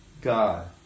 God